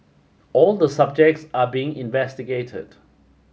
all the subjects are being investigated